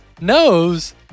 knows